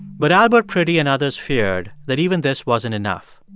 but albert priddy and others feared that even this wasn't enough.